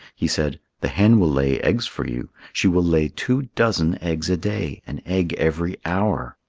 he said the hen will lay eggs for you. she will lay two dozen eggs a day an egg every hour.